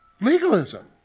Legalism